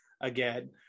again